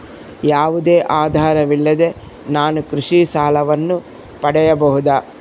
ಯಾವುದೇ ಆಧಾರವಿಲ್ಲದೆ ನಾನು ಕೃಷಿ ಸಾಲವನ್ನು ಪಡೆಯಬಹುದಾ?